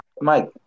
Mike